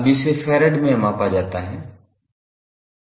अब इसे फैरड में मापा जाता है